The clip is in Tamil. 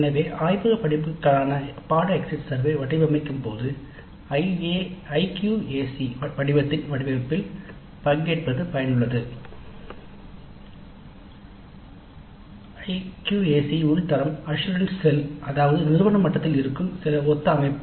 எனவே ஆய்வக படிப்புகளுக்கான பாடநெறி எக்ஸிட் சர்வே வடிவமைக்கும்போது IQAC படிவத்தின் வடிவமைப்பில் பங்கேற்பது பயனுள்ளது IAQC உள் தரம் அஷ்யூரன்ஸ் செல் அல்லது நிறுவன மட்டத்தில் இருக்கும் சில ஒத்த அமைப்பு